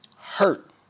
hurt